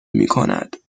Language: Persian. میکند